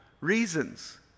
reasons